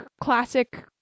classic